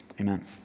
Amen